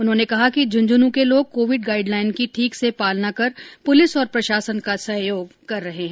उन्होंने कहा कि झंझनूं के लोग कोविड गाईडलाईन की ठीक से पालना कर पुलिस और प्रशासन का सहयोग कर रहे है